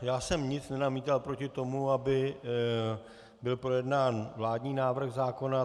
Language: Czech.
Já jsem nic nenamítal proti tomu, aby byl projednán vládní návrh zákona.